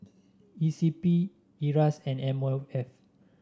E C P Iras and M O F